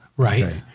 Right